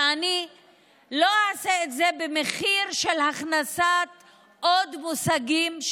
שאני לא אעשה את זה במחיר של הכנסת עוד מושגים,